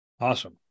Awesome